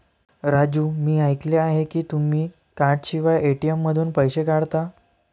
राजू मी ऐकले आहे की तुम्ही कार्डशिवाय ए.टी.एम मधून पैसे काढता